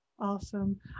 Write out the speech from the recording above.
Awesome